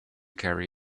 carry